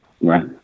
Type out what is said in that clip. Right